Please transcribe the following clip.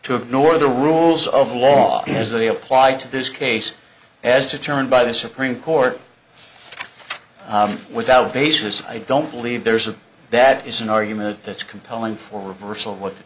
to ignore the rules of law as they applied to this case as determined by the supreme court without basis i don't believe there's a that is an argument that's compelling for reversal of what the